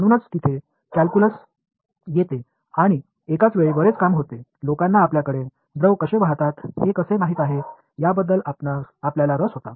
म्हणूनच तिथे कॅल्क्यूलस येते आणि एकाच वेळी बरेच काम होते लोकांना आपल्याकडे द्रव कसे वाहतात हे कसे माहित आहे याबद्दल आपल्याला रस होता